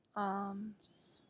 arms